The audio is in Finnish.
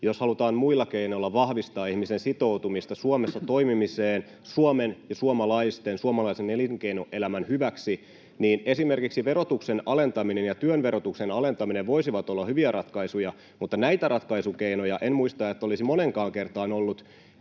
Jos halutaan muilla keinoilla vahvistaa ihmisen sitoutumista Suomessa toimimiseen Suomen ja suomalaisten, suomalaisen elinkeinoelämän hyväksi, niin esimerkiksi verotuksen alentaminen ja työn verotuksen alentaminen voisivat olla hyviä ratkaisuja, mutta en muista, että näitä ratkaisukeinoja olisi moneenkaan kertaan ollut